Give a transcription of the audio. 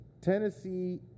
Tennessee